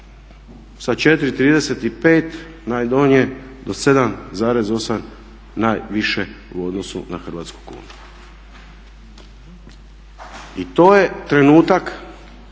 sa 4,35 najdonje do 7,8 najviše u odnosu na hrvatsku kunu. I to je trenutak